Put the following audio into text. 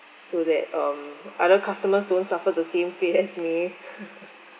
so that um other customers don't suffer the same fate as me